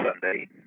Sunday